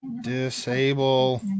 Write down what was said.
disable